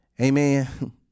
Amen